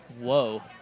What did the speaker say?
Whoa